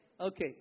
Okay